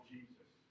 Jesus